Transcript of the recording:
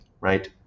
right